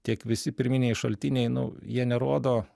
tiek visi pirminiai šaltiniai nu jie nerodo